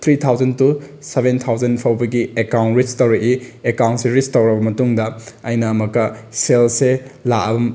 three thousand to seven thousand ꯐꯥꯎꯕꯒꯤ account ꯔꯤꯠꯁ ꯇꯧꯔꯛꯏ ꯑꯦꯀꯥꯎꯟꯁꯦ ꯔꯤꯠꯁ ꯇꯧꯔꯕ ꯃꯇꯨꯡꯗ ꯑꯩꯅ ꯑꯃꯨꯛꯀ ꯁꯦꯜꯁꯁꯦ